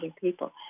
people